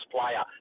player